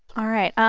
all right.